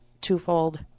twofold